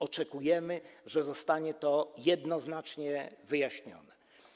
Oczekujemy, że zostanie to jednoznacznie wyjaśnione.